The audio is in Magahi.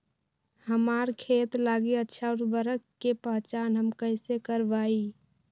हमार खेत लागी अच्छा उर्वरक के पहचान हम कैसे करवाई?